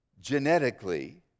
genetically